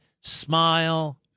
smile